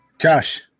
Josh